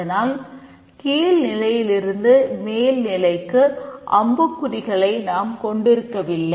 அதனால் கீழ் நிலையிலிருந்து மேல்நிலைக்கு அம்புக் குறிகளை நாம் கொண்டிருக்கவில்லை